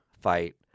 fight